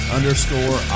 Underscore